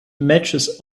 matches